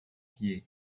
pied